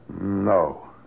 No